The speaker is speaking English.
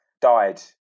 died